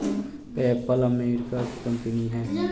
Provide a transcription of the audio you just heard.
PayPal America की company है